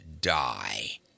die